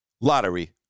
lottery